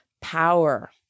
power